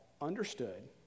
understood